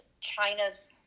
China's